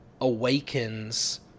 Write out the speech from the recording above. awakens